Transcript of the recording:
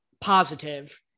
positive